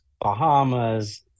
Bahamas